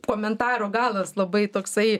komentaro galas labai toksai